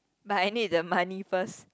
but I need the money first